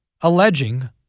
alleging